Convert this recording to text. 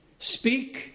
speak